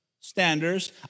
standards